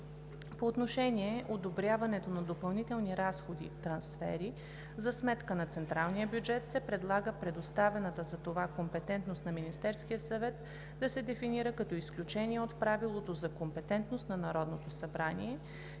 По отношение одобряването на допълнителни разходи/трансфери за сметка на централния бюджет се предлага предоставената за това компетентност на Министерския съвет да се дефинира като изключение от правилото за компетентност на Народното събрание,